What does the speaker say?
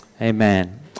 Amen